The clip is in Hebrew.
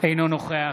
אינו נוכח